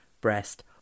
breast